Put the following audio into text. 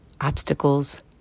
obstacles